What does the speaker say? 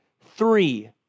three